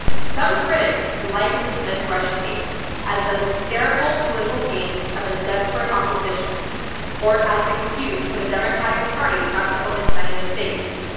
some critics like to dismiss russiagate as the hysterical political games of a desperate opposition or as an excuse for the democratic party not to own its many mistakes.